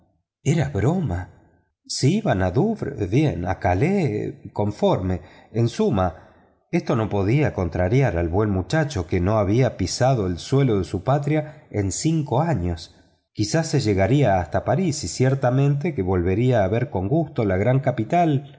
era broma si iban a douvres bien a calais conforme en suma esto no podía contrariar al buen muchacho que no había pisado el suelo de su patria en cinco años quizás se llegaría hasta parís y ciertamente que volvería a ver con gusto la gran capital